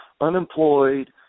unemployed